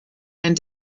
and